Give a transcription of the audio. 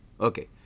Okay